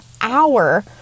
hour